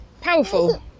powerful